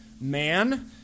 man